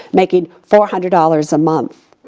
making four hundred dollars a month.